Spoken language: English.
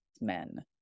Men